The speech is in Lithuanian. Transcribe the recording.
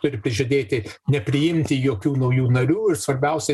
turi prižadėti nepriimti jokių naujų narių ir svarbiausia